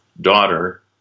daughter